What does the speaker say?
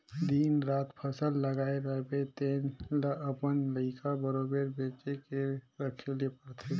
दिन रात फसल लगाए रहिबे तेन ल अपन लइका बरोबेर बचे के रखे ले परथे